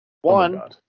One